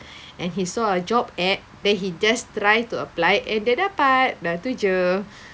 and he saw a job ad then he just tried to apply and dia dapat ah itu jer